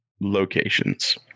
locations